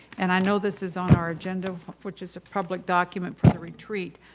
and i know this is on our agenda which is a public document for the retreat.